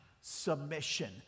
submission